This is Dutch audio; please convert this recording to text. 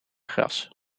gras